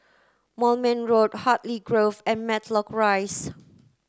Moulmein Road Hartley Grove and Matlock Rise